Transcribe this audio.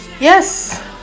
Yes